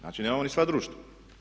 Znači, nemamo ni sva društva.